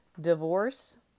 Divorce